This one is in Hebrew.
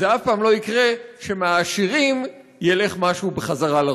זה אף פעם לא יקרה שמהעשירים ילך משהו בחזרה לרוב.